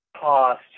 cost